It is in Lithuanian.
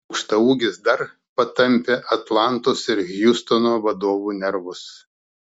aukštaūgis dar patampė atlantos ir hjustono vadovų nervus